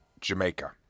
Jamaica